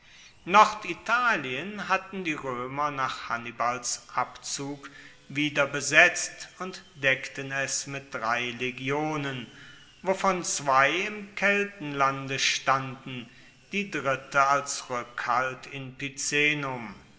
norditalien hatten die roemer nach hannibals abzug wieder besetzt und deckten es mit drei legionen wovon zwei im keltenlande standen die dritte als rueckhalt in